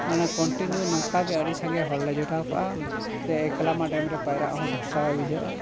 ᱢᱟᱱᱮ ᱠᱚᱱᱴᱤᱱᱤᱭᱩ ᱱᱚᱝᱠᱟ ᱜᱮ ᱟᱹᱰᱤ ᱥᱟᱸᱜᱮ ᱦᱚᱲ ᱞᱮ ᱡᱚᱴᱟᱣ ᱠᱟᱜᱼᱟ ᱡᱮ ᱮᱠᱞᱟᱢᱟ ᱰᱮᱢ ᱨᱮ ᱯᱟᱭᱨᱟᱜ ᱦᱚᱸ ᱵᱷᱚᱨᱥᱟ ᱵᱟᱭ ᱵᱩᱡᱷᱟᱹᱜᱼᱟ